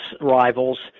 rivals